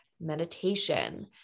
meditation